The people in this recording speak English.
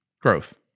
growth